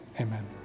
amen